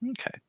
Okay